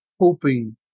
hoping